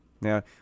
Now